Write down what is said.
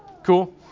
Cool